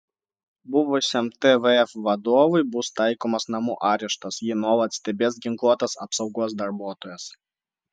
buvusiam tvf vadovui bus taikomas namų areštas jį nuolat stebės ginkluotas apsaugos darbuotojas